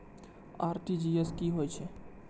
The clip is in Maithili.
आर.टी.जी.एस की होय छै